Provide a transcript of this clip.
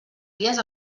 dies